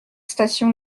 station